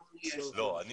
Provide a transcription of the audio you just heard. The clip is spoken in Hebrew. אנחנו נפעל.